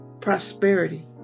prosperity